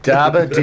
Dabba